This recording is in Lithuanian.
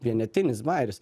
vienetinis bajeris